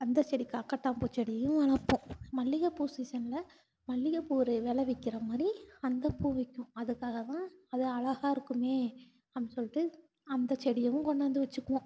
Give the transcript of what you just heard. அந்த செடி காக்கட்டான் பூ செடியும் வளர்ப்போம் மல்லிகைப்பூ சீசனில் மல்லிகைப்பூ ஒரு வெலை விற்கிற மாதிரி அந்த பூ விற்கும் அதுக்காக தான் அது அழகா இருக்குமே அப்படி சொல்லிட்டு அந்த செடியயும் கொண்டாந்து வச்சுக்குவோம்